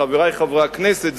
חברי חברי הכנסת,